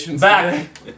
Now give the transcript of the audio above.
Back